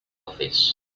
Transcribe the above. office